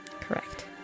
Correct